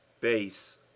base